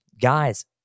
guys